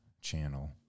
channel